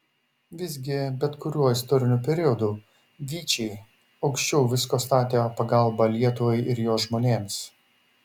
visgi bet kuriuo istoriniu periodu vyčiai aukščiau visko statė pagalbą lietuvai ir jos žmonėms